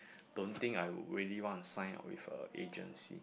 don't think I would really want to sign up with a agency